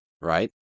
right